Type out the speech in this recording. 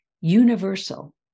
universal